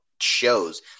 shows